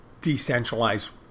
decentralized